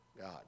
God